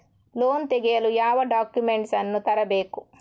Loan ತೆಗೆಯಲು ಯಾವ documents ಅನ್ನು ತರಬೇಕು?